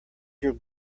your